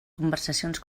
conversacions